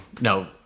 no